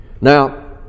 Now